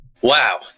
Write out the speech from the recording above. Wow